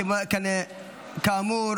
כאמור,